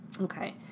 Okay